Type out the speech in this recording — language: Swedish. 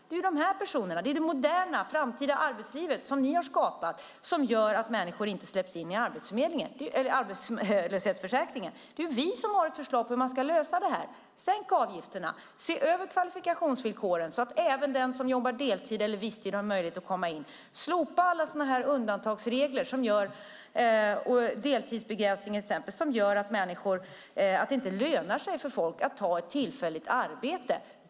Det är det moderna, framtida arbetslivet som ni har skapat som gör att människor inte släpps in i arbetslöshetsförsäkringen, men det är vi som har ett förslag på hur man ska lösa det här: sänk avgifterna, se över kvalifikationsvillkoren så att även den som jobbar deltid eller visstid har möjlighet att komma in och slopa alla undantagsregler, till exempel deltidsbegränsningen, som gör att det inte lönar sig för folk att ta ett tillfälligt arbete.